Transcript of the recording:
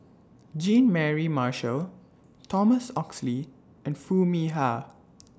Jean Mary Marshall Thomas Oxley and Foo Mee Har